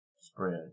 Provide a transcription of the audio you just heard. spread